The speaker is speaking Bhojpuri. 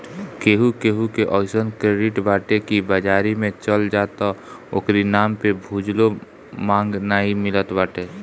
केहू केहू के अइसन क्रेडिट बाटे की बाजारी में चल जा त ओकरी नाम पे भुजलो भांग नाइ मिलत बाटे